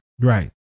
Right